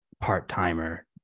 part-timer